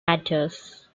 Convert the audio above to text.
matters